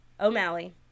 O'Malley